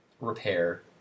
Repair